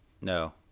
No